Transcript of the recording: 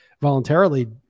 voluntarily